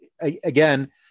again